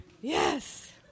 Yes